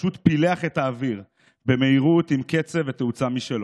ופשוט פילח את האוויר במהירות עם קצב ותאוצה משלו.